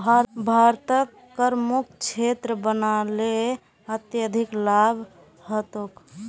भारतक करमुक्त क्षेत्र बना ल अत्यधिक लाभ ह तोक